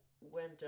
went